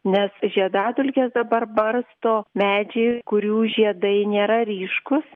nes žiedadulkes dabar barsto medžiai kurių žiedai nėra ryškūs